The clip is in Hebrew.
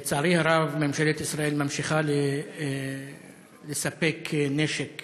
לצערי הרב, ממשלת ישראל ממשיכה לספק נשק